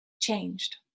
changed